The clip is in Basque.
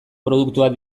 produktuak